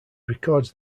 records